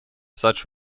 such